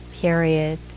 period